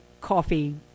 coffee